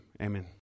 Amen